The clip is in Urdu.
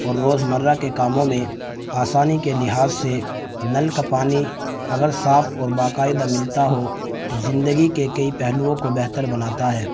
اور روزمرہ کے کاموں میں آسانی کے لحاظ سے نل کا پانی اگر صاف اور باقاعدہ ملتا ہو تو زندگی کے کئی پہلوؤں کو بہتر بناتا ہے